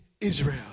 Israel